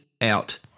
out